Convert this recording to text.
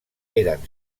eren